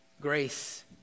Grace